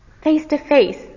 face-to-face